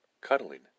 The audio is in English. cuddling